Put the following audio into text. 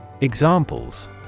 Examples